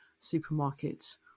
supermarkets